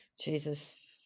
Jesus